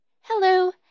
Hello